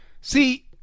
see